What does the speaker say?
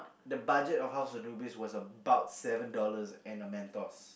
the budget of House-of-Anubis was about seven dollars and a mentos